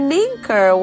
Linker